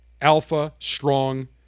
alpha-strong